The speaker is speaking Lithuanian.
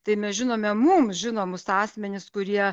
tai nežinome mums žinomus asmenis kurie